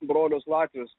brolius latvius